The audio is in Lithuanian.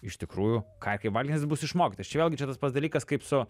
iš tikrųjų ką ir kaip valgyt nes bus išmokytas čia vėlgi čia tas pats dalykas kaip su